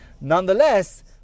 nonetheless